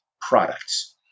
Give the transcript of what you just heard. products